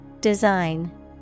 Design